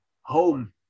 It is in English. home